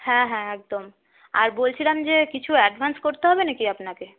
হ্যাঁ হ্যাঁ একদম আর বলছিলাম যে কিছু অ্যাডভান্স করতে হবে না কি আপনাকে